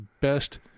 best